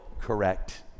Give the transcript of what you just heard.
correct